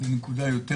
לנקודה יותר